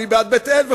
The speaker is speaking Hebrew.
אני בעד בית-אל,